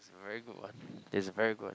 it's a very good one it's a very good one